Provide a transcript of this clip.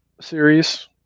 series